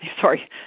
sorry